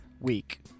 week